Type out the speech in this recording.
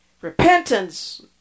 Repentance